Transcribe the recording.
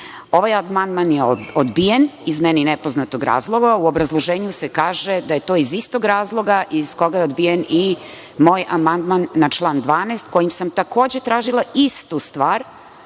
amandman je odbijen, iz meni nepoznatog razloga. U obrazloženju se kaže da je to iz istog razloga iz koga je odbijen i moj amandman na član 12. u kome sam, takođe, tražila istu stvar,